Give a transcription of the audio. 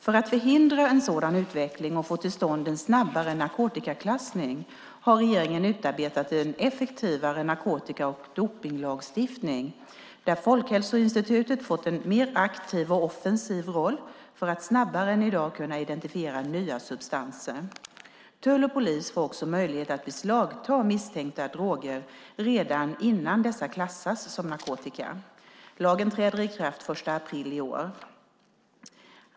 För att förhindra en sådan utveckling och få till stånd en snabbare narkotikaklassning har regeringen utarbetat en effektivare narkotika och dopningslagstiftning där Folkhälsoinstitutet fått en mer aktiv och offensiv roll för att snabbare än i dag kunna identifiera nya substanser. Tull och polis får också möjlighet att beslagta misstänkta droger redan innan dessa klassas som narkotika. Lagen träder i kraft den 1 april i år.